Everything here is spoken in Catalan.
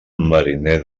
mariner